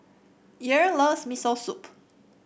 Earl loves Miso Soup